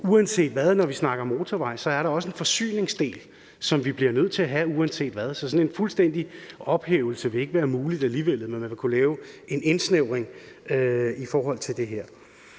uanset hvad, når vi snakker motorveje, er der også en forsyningsdel, som vi bliver nødt til at have uanset hvad. Så sådan en fuldstændig ophævelse vil ikke være mulig alligevel, men man vil kunne lave en indsnævring i det her.